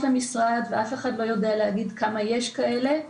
למשרד ואף אחד לא יודע להגיד כמה כאלה יש.